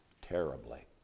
terribly